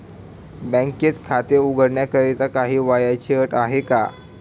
बँकेत खाते उघडण्याकरिता काही वयाची अट आहे का?